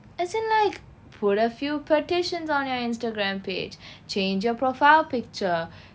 as in like put a few petitions on your instagram page change your profile picture